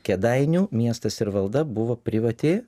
kėdainių miestas ir valda buvo privati